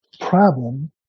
problem